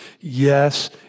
yes